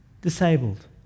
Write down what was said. disabled